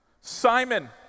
Simon